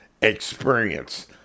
experience